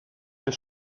des